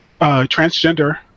transgender